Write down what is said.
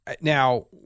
Now